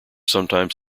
sometimes